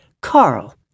Carl